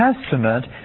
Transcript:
Testament